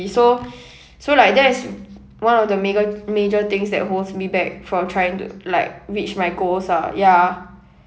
so so like that is one of the mega~ major things that holds me back from trying to like reach my goals ah ya